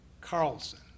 Carlson